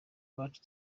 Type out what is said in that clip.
iwacu